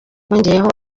yongeyeho